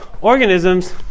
organisms